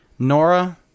Nora